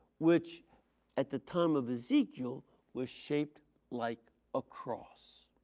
which at the time of ezekiel was shaped like a cross.